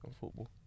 football